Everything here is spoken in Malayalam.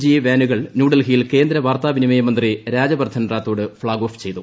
ജി വാനുകൾ ന്യൂഡൽഹിയിൽ കേന്ദ്ര വാർത്താവിനിയമ മന്ത്രി രാജവർദ്ധനൻ റാത്തോഡ് ഫ്ളാഗ് ഓഫ് ചെയ്തു